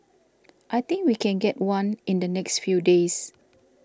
I think we can get one in the next few days